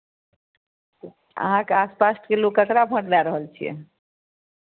अहाँके आसपासके लोक ककरा भोट दए रहल छियै